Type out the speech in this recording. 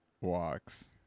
walks